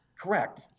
correct